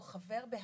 הוא חבר בהר"י.